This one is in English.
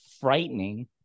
frightening